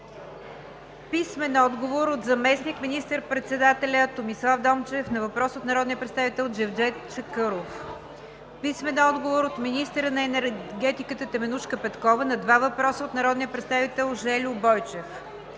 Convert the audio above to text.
Писмени отговори от: - заместник министър-председателя Томислав Дончев на въпрос от народния представител Джевдет Чакъров; - министъра на енергетиката Теменужка Петкова на два въпроса от народния представител Жельо Бойчев.